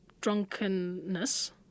drunkenness